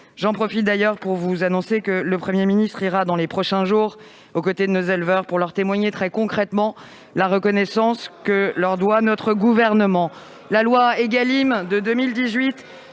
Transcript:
J'en profite d'ailleurs pour vous annoncer que le Premier ministre se rendra dans les prochains jours auprès de nos éleveurs pour leur témoigner très concrètement la reconnaissance que leur doit notre gouvernement. C'est obscène !